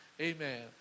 Amen